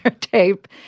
tape